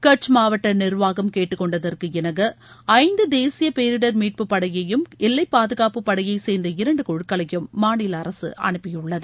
கட்ச் மாவட்ட நிர்வாகம் கேட்டுக்கொண்டதற்கிணங்க ஐந்து தேசிய பேரிடர் மீட்புப் படையையும் எல்லை பாதுகாப்புப் படையைச் சேர்ந்த இரண்டு குழுக்களையும் மாநில அரசு அனுப்பியுள்ளது